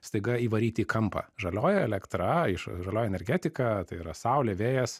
staiga įvaryti į kampą žalioji elektra iš žalioji energetika tai yra saulė vėjas